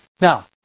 Now